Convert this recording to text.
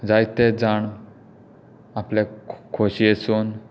जायते जाण आपल्या खोशयेसून